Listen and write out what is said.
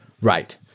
Right